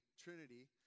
trinity